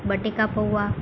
બટાકા પૌંવા